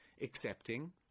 accepting